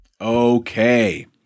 Okay